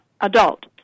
adult